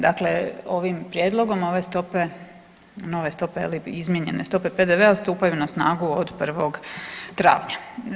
Dakle, ovim prijedlogom ove stope, nove tope ili izmijenjene stope PDV-a stupaju na snagu od 1. travnja.